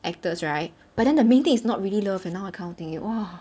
actors right but then the main thing is not really love and now I kind of think it !wah!